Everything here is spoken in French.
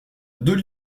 deux